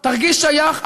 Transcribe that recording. תרגיש שייך,